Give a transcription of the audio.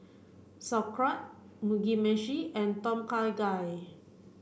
Sauerkraut Mugi meshi and Tom Kha Gai